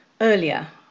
earlier